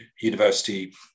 university